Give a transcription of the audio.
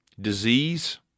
disease